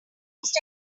most